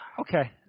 Okay